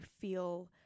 feel